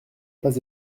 pas